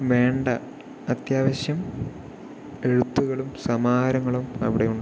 വേണ്ട അത്യാവശ്യം എഴുത്തുകളും സമാഹാരങ്ങളും അവിടെ ഉണ്ട്